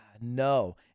No